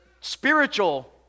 spiritual